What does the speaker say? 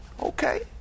Okay